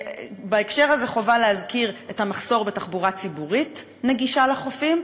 בהקשר הזה חובה להזכיר את המחסור בתחבורה ציבורית נגישה לחופים,